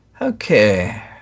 Okay